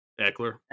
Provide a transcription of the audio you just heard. Eckler